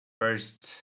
first